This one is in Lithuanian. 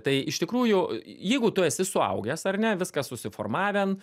tai iš tikrųjų jeigu tu esi suaugęs ar ne viskas susiformavę